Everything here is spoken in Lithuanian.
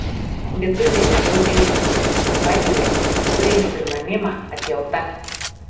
lietuviai žodžiui empatija turi sinonimą atjauta